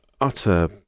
utter